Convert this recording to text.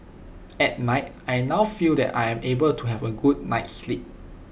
at night I now feel that I am able to have A good night's sleep